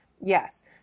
yes